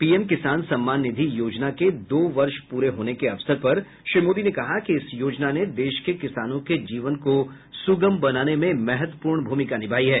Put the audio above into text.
PM किसान सम्मान निधि योजना के दो वर्ष पूरे होने के अवसर पर श्री मोदी ने कहा कि इस योजना ने देश के किसानों के जीवन को सुगम बनाने में महत्वपूर्ण भूमिका निभाई है